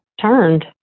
turned